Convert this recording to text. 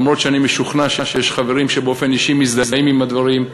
אף שאני משוכנע שיש חברים שבאופן אישי מזדהים עם הדברים,